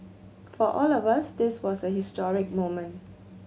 for all of us this was a historic moment